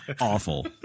Awful